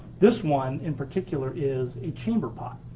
this one in particular is a chamber pot.